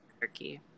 turkey